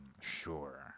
sure